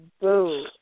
boo